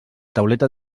tauleta